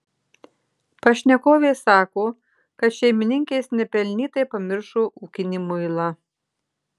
pašnekovė sako kad šeimininkės nepelnytai pamiršo ūkinį muilą